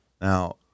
Now